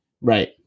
Right